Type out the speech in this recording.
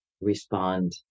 respond